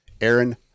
Aaron